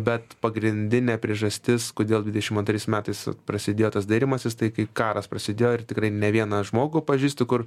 bet pagrindinė priežastis kodėl dvidešimt antrais metais prasidėjo tas dairymasis tai kai karas prasidėjo ir tikrai ne vieną žmogų pažįstu kur